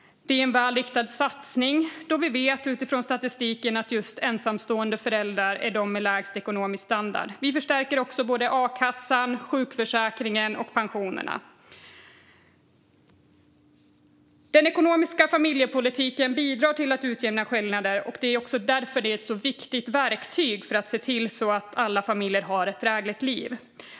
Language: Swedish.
Det är en väl riktad satsning då vi vet utifrån statistiken att just ensamstående föräldrar är de som har lägst ekonomisk standard. Vi förstärker också både a-kassan, sjukförsäkringen och pensionerna. Den ekonomiska familjepolitiken bidrar till att utjämna skillnader. Det är också därför den är ett så viktigt verktyg för att se till att alla familjer har ett drägligt liv.